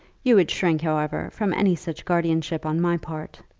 you would shrink, however, from any such guardianship on my part.